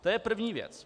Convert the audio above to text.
To je první věc.